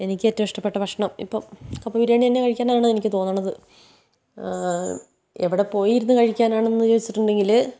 എനിക്കേറ്റവും ഇഷ്ടപ്പെട്ട ഭക്ഷണം ഇപ്പം കപ്പ ബിരിയാണി തന്നെ കഴിക്കാനാണ് എനിക്ക് തോന്നണത് എവിടെ പോയിരുന്നു കഴിക്കാനാണെന്ന് ചോദിച്ചിട്ടുണ്ടെങ്കിൽ